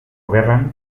gerran